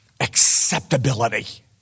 acceptability